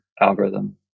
algorithm